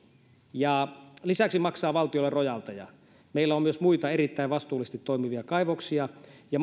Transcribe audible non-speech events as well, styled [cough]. ja lisäksi maksaa valtiolle rojalteja meillä on myös muita erittäin vastuullisesti toimivia kaivoksia ja [unintelligible]